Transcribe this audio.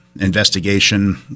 investigation